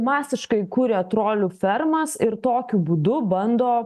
masiškai kuria trolių fermas ir tokiu būdu bando